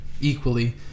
Equally